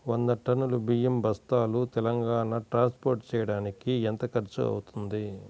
వంద టన్నులు బియ్యం బస్తాలు తెలంగాణ ట్రాస్పోర్ట్ చేయటానికి కి ఎంత ఖర్చు అవుతుంది?